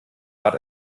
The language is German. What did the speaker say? bat